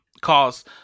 cause